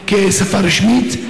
כשפה רשמית,